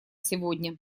сегодня